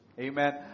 Amen